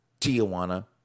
Tijuana